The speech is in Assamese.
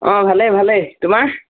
অঁ ভালেই ভালেই তোমাৰ